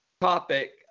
topic